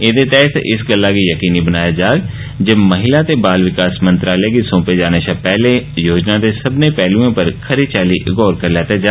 एहदे तैह्त इस गल्लै गी जकीनी बनाया जाग जे महिला ते बाल विकास मंत्रालय गी सोंपे जाने षा पैहले योजना दे सब्बै पैहलुएं उप्पर खरी चाल्ली गौर करी लैता जा